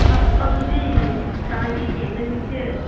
ꯑꯁ ꯑꯗꯨꯗꯤ ꯇꯥꯡꯏꯅꯦ ꯅꯪꯒꯤꯁꯦ